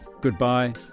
goodbye